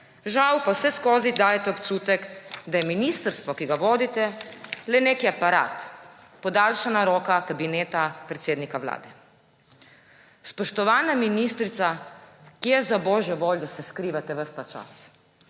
Žal pa vseskozi dajete občutek, da je ministrstvo, ki ga vodite, le neki aparat, podaljšana roka Kabineta predsednika Vlade. Spoštovana ministrica, kje za božjo voljo se skrivate ves ta čas?